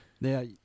Now